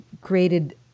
created